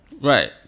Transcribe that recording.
right